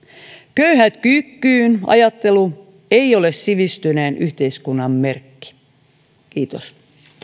köyhät kyykkyyn ajattelu ei ole sivistyneen yhteiskunnan merkki kiitos